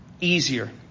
easier